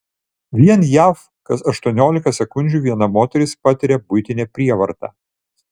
vien jav kas aštuoniolika sekundžių viena moteris patiria buitinę prievartą